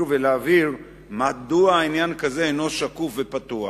ולהבהיר מדוע עניין כזה אינו שקוף ופתוח.